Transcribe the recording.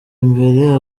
imbere